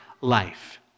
life